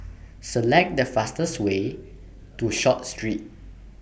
Select The fastest Way to Short Street